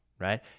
Right